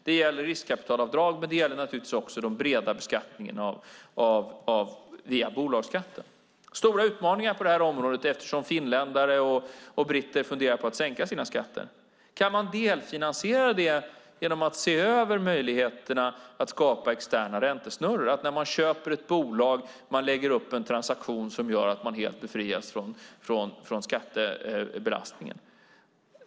Det gäller riskkapitalavdrag men naturligtvis också den breda beskattningen via bolagsskatten. Vi har stora utmaningar på detta område, eftersom finländare och britter funderar på att sänka sina skatter. Kan man delfinansiera det genom att se över möjligheterna att skapa externa räntesnurror, så att man när man köper ett bolag lägger upp en transaktion som gör att man helt befrias från skattebelastningen?